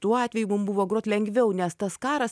tuo atveju mum buvo grot lengviau nes tas karas